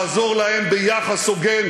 לעזור להם ביחס הוגן,